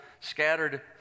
scattered